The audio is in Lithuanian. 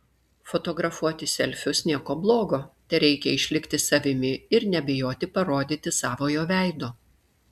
fotografuoti selfius nieko blogo tereikia išlikti savimi ir nebijoti parodyti savojo veido